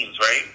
right